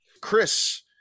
Chris